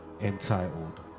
entitled